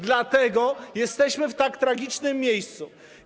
Dlatego jesteśmy w tak tragicznym miejscu.